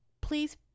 Please